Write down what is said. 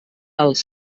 els